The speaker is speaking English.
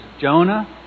Jonah